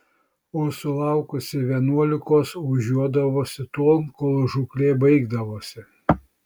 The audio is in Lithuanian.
o sulaukusi vienuolikos ožiuodavausi tol kol žūklė baigdavosi